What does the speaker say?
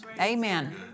Amen